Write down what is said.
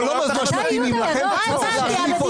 לא ממש מתאימים לכם וצריך להחליף אותם.